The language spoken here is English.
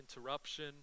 interruption